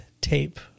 tape